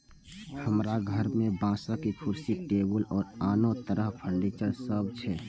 हमरा घर मे बांसक कुर्सी, टेबुल आ आनो तरह फर्नीचर सब छै